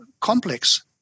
complex